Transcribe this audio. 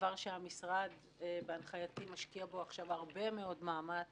דבר שהמשרד בהנחייתי משקיע בו עכשיו הרבה מאוד מאמץ